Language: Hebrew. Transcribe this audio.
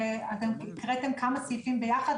הקראתם כמה סעיפים ביחד,